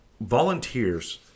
volunteers